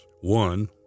One